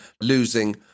losing